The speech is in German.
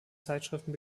zeitschriften